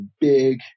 big